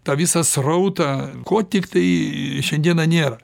tą visą srautą ko tiktai šiandieną nėra